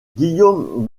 guillaume